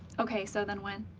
okay, so then when?